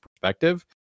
perspective